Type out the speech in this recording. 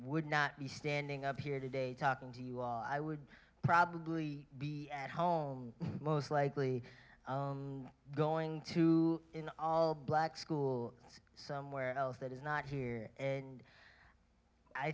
would not be standing up here today talking to you i would probably be at home most likely going to all black school so where else that is not here and i